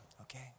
Okay